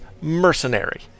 mercenary